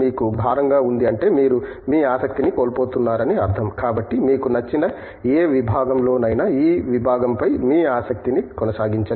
మీకు భారంగా ఉంది అంటే మీరు మీ ఆసక్తిని కోల్పోతున్నారని అర్థం కాబట్టి మీకు నచ్చిన ఏ విబాగం లోనైనా ఈ విభాగం పై మీ ఆసక్తిని కొనసాగించండి